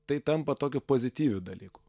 tai tampa tokiu pozityviu dalyku